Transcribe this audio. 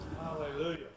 Hallelujah